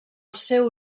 seu